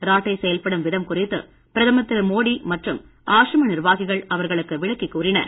ராட்டை செயல்படும் விதம் குறித்து பிரதமர் திரு மோடி மற்றும் ஆசிரம நிர்வாகிகள் அவர்களுக்கு விளக்கிக் கூறினர்